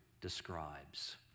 describes